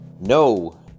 no